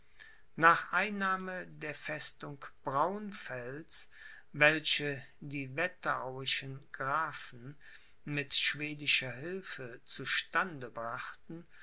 nach einnahme der festung braunfels welche die wetterauischen grafen mit schwedischer hilfe zu stande brachten